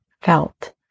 felt